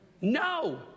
No